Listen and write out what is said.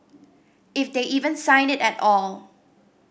if they even sign it at all